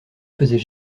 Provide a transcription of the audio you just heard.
faisait